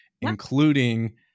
including